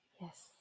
Yes